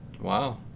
Wow